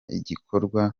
igikorwa